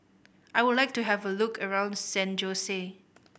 I would like to have a look around San Jose